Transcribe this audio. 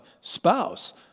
spouse